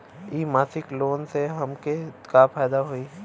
इ मासिक लोन से हमके का फायदा होई?